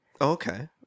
Okay